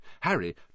Harry